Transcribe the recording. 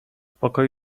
pokoju